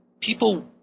people